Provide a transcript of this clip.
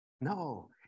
No